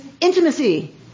intimacy